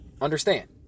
understand